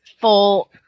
full